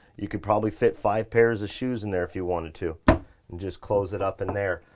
you could probably fit five pairs of shoes in there if you wanted to. and just close it up in there,